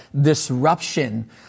disruption